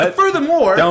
furthermore